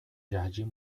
jardim